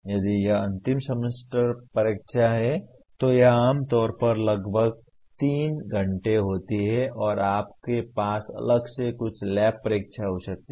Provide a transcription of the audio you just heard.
यदि यह अंतिम सेमेस्टर परीक्षा है तो यह आम तौर पर लगभग 3 घंटे होती है और आपके पास अलग से कुछ लैब परीक्षा हो सकती है